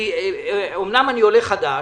אומנם אני עולה חדש,